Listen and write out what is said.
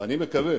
ואני מקווה